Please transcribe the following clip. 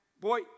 Boy